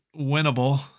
winnable